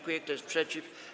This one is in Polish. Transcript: Kto jest przeciw?